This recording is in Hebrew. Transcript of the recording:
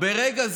ברגע זה,